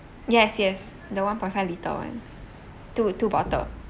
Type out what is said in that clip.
yes yes the one point five litre one two two bottle